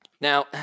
Now